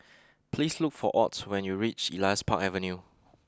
please look for Ott when you reach Elias Park Avenue